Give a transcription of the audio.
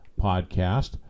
podcast